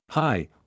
Hi